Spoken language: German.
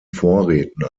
vorräten